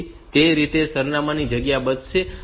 તેથી તે રીતે તે સરનામાંની જગ્યા બચાવશે